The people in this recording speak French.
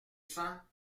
cents